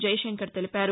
జైశంకర్ తెలిపారు